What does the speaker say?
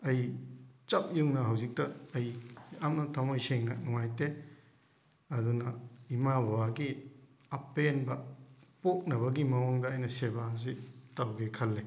ꯑꯩ ꯆꯞ ꯌꯨꯡꯅ ꯍꯧꯖꯤꯛꯇ ꯑꯩ ꯌꯥꯝꯅ ꯊꯝꯃꯣꯏ ꯁꯦꯡꯅ ꯅꯨꯡꯉꯥꯏꯇꯦ ꯑꯗꯨꯅ ꯏꯃꯥ ꯕꯥꯕꯒꯤ ꯑꯄꯦꯟꯕ ꯄꯣꯛꯅꯕꯒꯤ ꯃꯑꯣꯡꯗ ꯑꯩꯅ ꯁꯦꯕꯥꯁꯤ ꯇꯧꯒꯦ ꯈꯜꯂꯤ